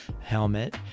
helmet